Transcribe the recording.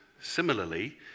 Similarly